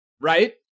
right